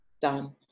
done